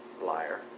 liar